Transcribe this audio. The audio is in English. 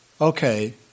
Okay